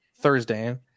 Thursday